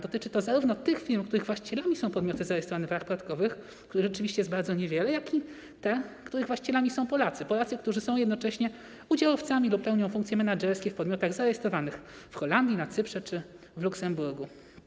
Dotyczy to zarówno tych firm, których właścicielami są podmioty zarejestrowane w rajach podatkowych, których rzeczywiście jest bardzo niewiele, jak i tych, których właścicielami są Polacy - Polacy, którzy są jednocześnie udziałowcami lub pełnią funkcje menedżerskie w podmiotach zarejestrowanych w Holandii, na Cyprze czy w Luksemburgu.